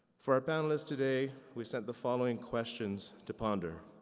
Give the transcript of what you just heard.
for our panelists today, we sent the following questions to ponder.